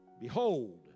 Behold